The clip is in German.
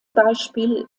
beispiel